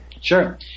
Sure